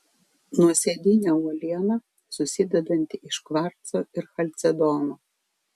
nuosėdinė uoliena susidedanti iš kvarco ir chalcedono